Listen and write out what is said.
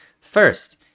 First